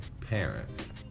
parents